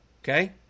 okay